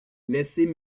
laissez